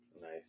nice